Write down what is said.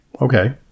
Okay